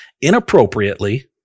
inappropriately